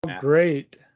Great